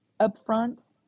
upfront